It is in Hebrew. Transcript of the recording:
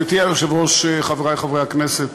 גברתי היושבת-ראש, חברי חברי הכנסת,